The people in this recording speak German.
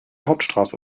hauptstraße